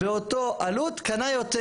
באותה עלות קנה יותר.